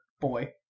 boy